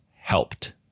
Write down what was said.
helped